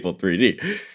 3D